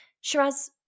Shiraz